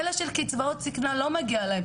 אלה של קצבאות זקנה לא מגיע להם,